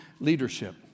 leadership